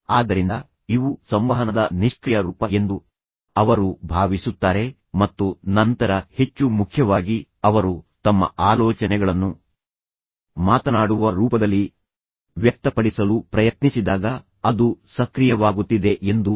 ಆದ್ದರಿಂದ ಇವು ಸಂವಹನದ ನಿಷ್ಕ್ರಿಯ ರೂಪ ಎಂದು ಅವರು ಭಾವಿಸುತ್ತಾರೆ ಮತ್ತು ನಂತರ ಹೆಚ್ಚು ಮುಖ್ಯವಾಗಿ ಅವರು ತಮ್ಮ ಆಲೋಚನೆಗಳನ್ನು ಮಾತನಾಡುವ ರೂಪದಲ್ಲಿ ವ್ಯಕ್ತಪಡಿಸಲು ಪ್ರಯತ್ನಿಸಿದಾಗ ಅದು ಸಕ್ರಿಯವಾಗುತ್ತಿದೆ ಎಂದು ಅವರು ಭಾವಿಸುತ್ತಾರೆ